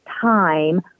time